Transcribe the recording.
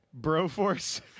Broforce